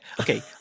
Okay